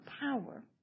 power